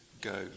go